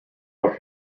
are